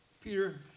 Peter